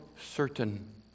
certain